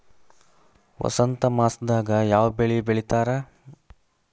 ವಸಂತ ಮಾಸದಾಗ್ ಯಾವ ಬೆಳಿ ಬೆಳಿತಾರ?